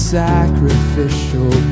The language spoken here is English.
sacrificial